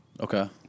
Okay